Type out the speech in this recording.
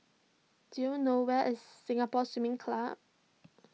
do you know where is Singapore Swimming Club